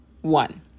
one